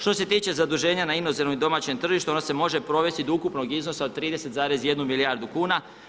Što se tiče zaduženja u inozemnom i domaćem tržištu, ona se može provesti od ukupnog iznosa od 30,1 milijardu kn.